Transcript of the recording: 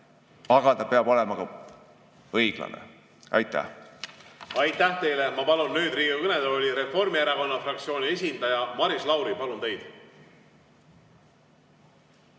aga ta peab olema ka õiglane. Aitäh! Aitäh teile! Ma palun nüüd Riigikogu kõnetooli Reformierakonna fraktsiooni esindaja Maris Lauri. Palun teid!